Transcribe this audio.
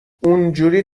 اونجوری